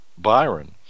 Byron